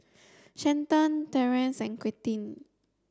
Stanton Terrance and Quentin